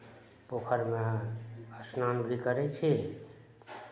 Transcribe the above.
पोखरिमे स्नान भी करै छी